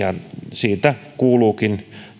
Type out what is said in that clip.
siitä kuuluukin